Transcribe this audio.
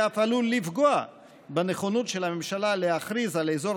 ואף עלול לפגוע בנכונות של הממשלה להכריז על אזור